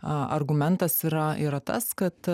argumentas yra yra tas kad